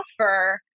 offer